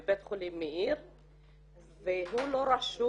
שנקבעו לפי החוק ולפי נהלים שהמשרדים בעצמם פיתחו או החלטות